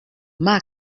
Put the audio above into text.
mag